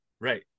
right